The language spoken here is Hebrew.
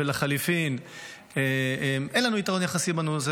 ולחלופין אין לנו יתרון יחסי בהם.